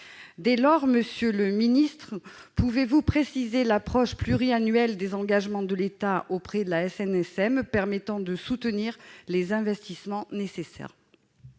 Dès lors, monsieur le secrétaire d'État, pouvez-vous préciser l'approche pluriannuelle des engagements de l'État auprès de la SNSM permettant de soutenir les investissements nécessaires ?